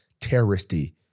terroristy